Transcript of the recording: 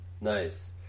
Nice